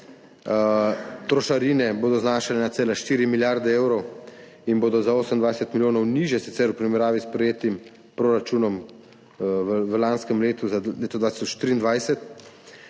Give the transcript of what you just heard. trošarine bodo znašale 1,4 milijarde evrov in bodo sicer za 28 milijonov nižje v primerjavi s sprejetim proračunom v lanskem letu za leto 2023.